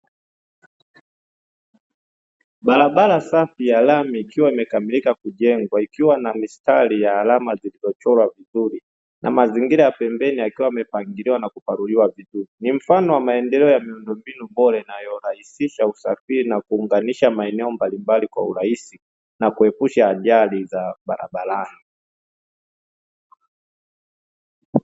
Barabara safi ya lami ikiwa imekamilika kujengwa ikiwa na mistari ya alama zilizochorwa vizuri na mazingira pembeni yakiwa yamepangiliwa na kuparuliwa vizuri, ni mfano wa maendeleo ya miundombinu bora inayorahisisha usafiri na kuunganisha maeneo mbalimbali kwa urahisi na kuepusha ajali za barabarani.